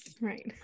Right